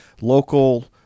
local